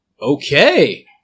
Okay